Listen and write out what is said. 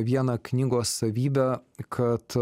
vieną knygos savybę kad